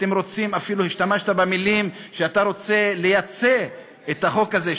אפילו השתמשת במילים שאתה רוצה לייצא את החוק הזה,